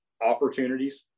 opportunities